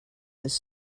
this